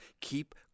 keep